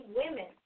women